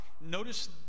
Notice